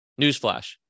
Newsflash